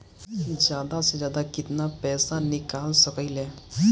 जादा से जादा कितना पैसा निकाल सकईले?